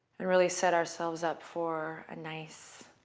and really set ourselves up for a nice